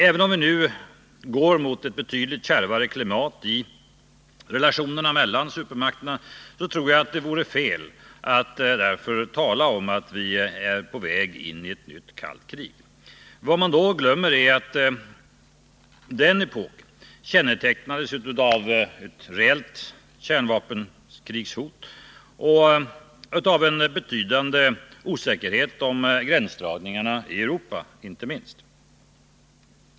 Även om vi nu går mot ett betydligt kärvare klimat i relationerna mellan supermakterna, tror jag det vore fel att därför tala om att vi är på väg in i ett nytt kallt krig. Vad man då glömmer är att den epoken kännetecknades av ett reellt kärnvapen krigshot och av en betydande osäkerhet om gränsdragningarna, i Europa inte minst.